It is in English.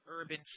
urban